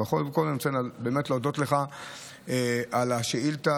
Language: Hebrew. אבל קודם כול אני רוצה להודות לך על השאילתה.